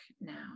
now